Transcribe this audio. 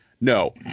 no